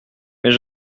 mais